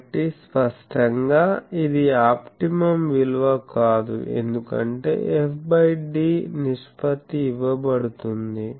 కాబట్టి స్పష్టంగా ఇది ఆప్టిమమ్ విలువ కాదు ఎందుకంటే fd నిష్పత్తి ఇవ్వబడుతుంది